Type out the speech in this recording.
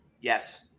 Yes